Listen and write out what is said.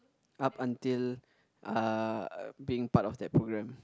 up until uh being part of that program